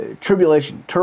tribulation